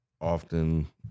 often